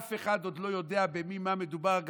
כשאף אחד לא יודע במי ובמה מדובר,